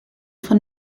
von